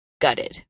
gutted